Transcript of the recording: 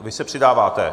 Vy se přidáváte?